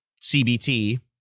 CBT